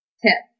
tip